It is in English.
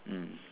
mm